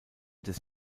des